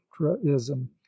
ultraism